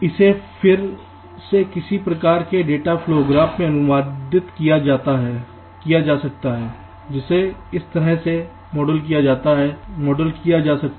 इसे फिर से किसी प्रकार के डेटा फ्लो ग्राफ में अनुवादित किया जा सकता है जिसे इस तरह से मॉडल किया जा सकता है